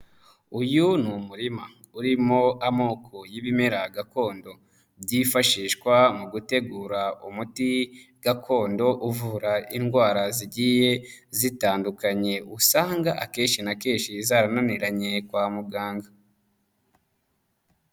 Uyu ni umurima, urimo amoko y'ibimera gakondo, byifashishwa mu gutegura umuti gakondo uvura indwara zigiye zitandukanye, usanga akenshi na kenshi zarananiranye kwa muganga.